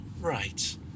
right